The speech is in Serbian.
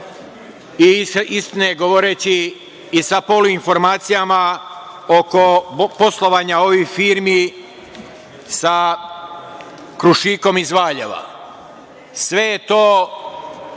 istinu govoreći i sa polu informacijama, oko poslovanja ovih firmi sa „Krušikom“ iz Valjeva. Sve je to